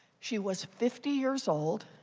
she was fifty years old.